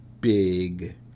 big